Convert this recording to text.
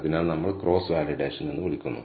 അതിനാൽ നമ്മൾ cross validation എന്ന് വിളിക്കുന്നു